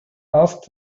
asked